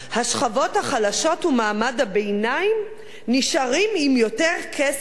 החלשות ומעמד הביניים נשארים עם יותר כסף בכיס.